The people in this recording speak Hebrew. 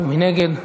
מי נגד?